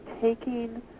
taking